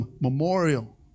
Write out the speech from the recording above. memorial